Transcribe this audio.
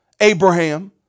Abraham